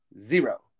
zero